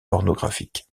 pornographique